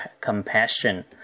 Compassion